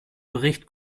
bericht